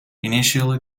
initially